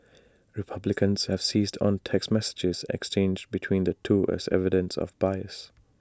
republicans have seized on text messages exchanged between the two as evidence of bias